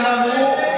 הם אמרו,